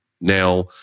Now